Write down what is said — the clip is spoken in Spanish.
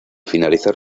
finalizar